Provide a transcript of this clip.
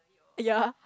yea